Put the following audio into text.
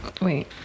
Wait